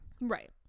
right